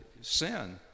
Sin